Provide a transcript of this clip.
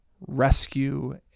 rescue